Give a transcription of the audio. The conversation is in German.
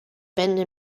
bände